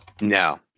No